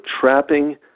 trapping